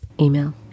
email